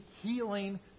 healing